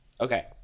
okay